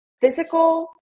physical